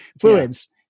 fluids